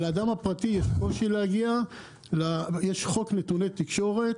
לאדם הפרטי יש קושי להגיע לנתוני תקשורת.